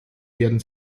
werden